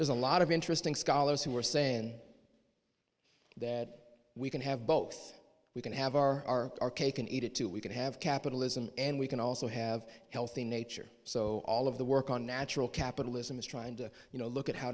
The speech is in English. there's a lot of interesting scholars who are saying that we can have both we can have our cake and eat it too we can have capitalism and we can also have healthy nature so all of the work on natural capitalism is trying to you know look at how